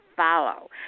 follow